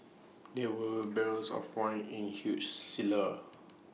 there were barrels of wine in huge cellar